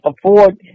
afford